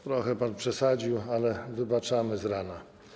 Trochę pan przesadził, ale wybaczamy z rana.